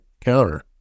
counter